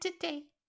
today